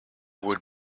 would